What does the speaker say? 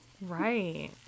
Right